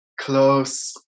close